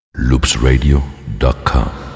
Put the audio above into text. loopsradio.com